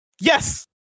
Yes